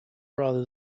rather